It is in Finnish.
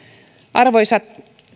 arvoisa